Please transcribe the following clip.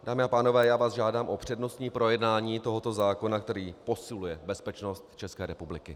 Dámy a pánové, žádám vás o přednostní projednání tohoto zákona, který posiluje bezpečnost České republiky.